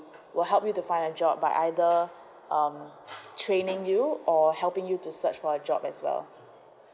will help you to find a job by either um training you or helping you to search for a job as well